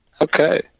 Okay